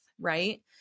right